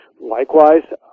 likewise